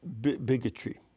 bigotry